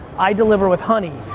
i deliver with honey.